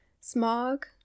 Smog